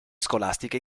scolastiche